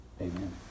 Amen